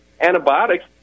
antibiotics